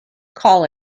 call